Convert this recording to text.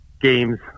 games